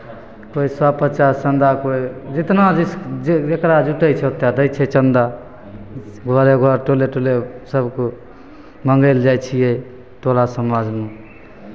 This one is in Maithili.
कोइ सए पचास चन्दा कोइ जितना जिस जे जकरा जुटै छै ओतेक दै छै चन्दा घरे घर टोले टोले सभ कोइ मङ्गय लए जाइ छियै टोला समाजमे